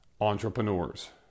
entrepreneurs